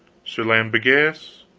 sir lambegus,